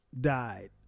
died